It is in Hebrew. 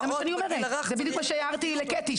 זה מה שהערתי לקטי,